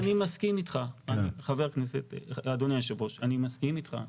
אני מסכים איתך אדוני היו"ר, אני מסכים איתך.